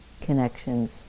connections